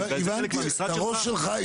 וזה חלק מהמשרד שלך --- הבנתי את הראש שלך,